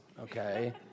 Okay